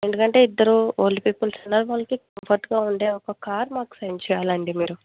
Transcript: ఎందుకంటే ఇద్దరు old peoples ఉన్నారు వాళ్ళకి కంఫర్ట్గా ఉండే ఒక కార్ మాకు సెండ్ చేయాలండి మీరు